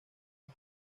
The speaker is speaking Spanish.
las